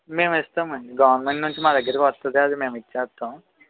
మేము ఇస్తాము అండి గవర్నమెంట్ నుంచి మా దగ్గరకొస్తుంది అది మేము ఇచ్చేస్తాము